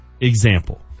example